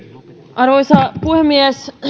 arvoisa puhemies